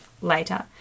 later